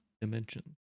dimension